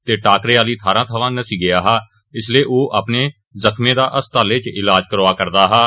ते टाकरें आह्ली थाहर थमां नस्सी गेआ हा इसलै ओह अपने जख्में दा अस्पताल च ईलाज करोआ'रदा हा